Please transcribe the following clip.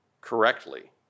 correctly